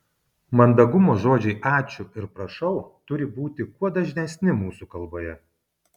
mandagumo žodžiai ačiū ir prašau turi būti kuo dažnesni mūsų kalboje